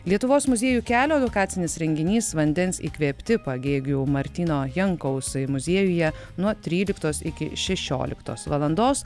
lietuvos muziejų kelio edukacinis renginys vandens įkvėpti pagėgių martyno jankaus muziejuje nuo tryliktos iki šešioliktos valandos